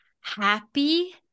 happy